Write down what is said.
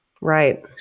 right